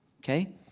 Okay